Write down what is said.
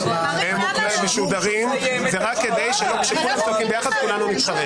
(חבר הכנסת משה טור פז יוצא מאולם הוועדה.)